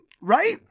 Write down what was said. Right